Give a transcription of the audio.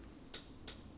mm